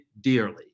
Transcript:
dearly